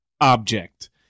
object